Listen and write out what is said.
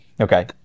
Okay